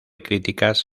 críticas